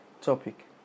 topic